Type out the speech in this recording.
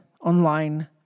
online